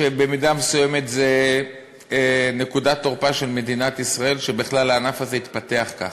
שבמידה מסוימת זו נקודת תורפה של מדינת ישראל שבכלל הענף הזה התפתח ככה.